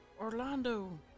Orlando